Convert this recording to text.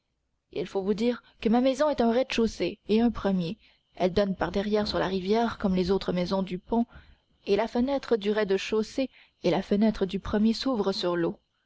il faut vous dire que ma maison a un rez-de-chaussée et un premier elle donne par derrière sur la rivière comme les autres maisons du pont et la fenêtre du rez-de-chaussée et la fenêtre du premier s'ouvrent sur l'eau